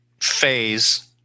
phase